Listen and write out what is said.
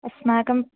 अस्माकं